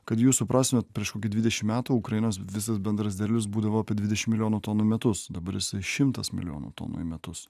kad jūs suprastumėt prieš kokį dvidešim metų ukrainos visas bendras derlius būdavo apie dvidešim milijonų tonų į metus dabar jisai šimtas milijonų tonų į metus